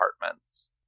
apartments